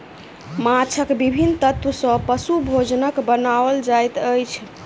माँछक विभिन्न तत्व सॅ पशु भोजनक बनाओल जाइत अछि